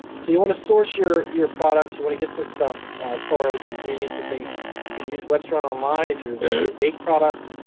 so, you wanna source your your products. you wanna get some stuff as far as ingredients and you can use webstaurant online if you're looking to bake products,